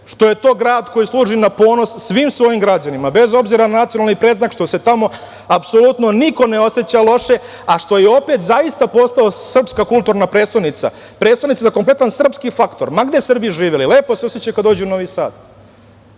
što je to grad koji služi na ponos svim svojim građanima, bez obzira na nacionalni predznak, što se tamo apsolutno niko ne oseća loše, a što je opet zaista postao srpska kulturna prestonica, prestonica za kompletan srpski faktor, ma gde Srbi živeli, lepo se osećaju kada dođu u Novi Sad.